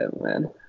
man